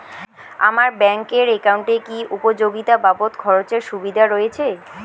আমার ব্যাংক এর একাউন্টে কি উপযোগিতা বাবদ খরচের সুবিধা রয়েছে?